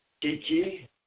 Kiki